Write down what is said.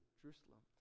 jerusalem